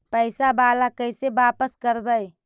पैसा बाला कैसे बापस करबय?